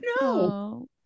no